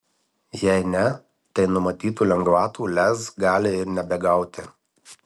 jei ne tai numatytų lengvatų lez gali ir nebegauti